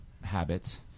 habits